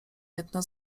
jedna